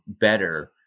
better